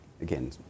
again